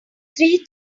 three